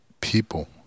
people